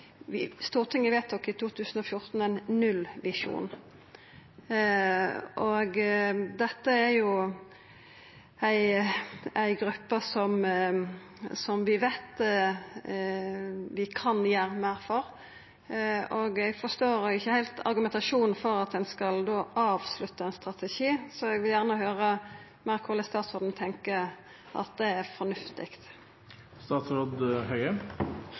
Stortinget vedtok i 2013 ein nullvisjon. Dette er ei gruppe som vi veit vi kan gjera meir for. Eg forstår ikkje heilt argumentasjonen for at ein da skal avslutta ein strategi, så eg vil gjerne høyra meir om kvifor statsråden tenkjer at det er fornuftig.